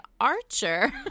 archer